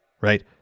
right